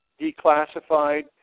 declassified